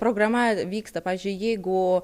programa vyksta pavyzdžiui jeigu